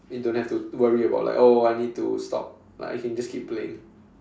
you don't have to worry about like oh I need to stop like I can just keep playing